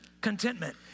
contentment